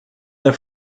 der